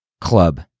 club